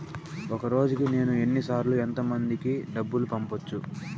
ఒక రోజుకి నేను ఎన్ని సార్లు ఎంత మందికి డబ్బులు పంపొచ్చు?